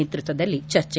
ನೇತೃತ್ವದಲ್ಲಿ ಚರ್ಚೆ